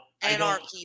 anarchy